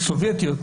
הסובייטיות,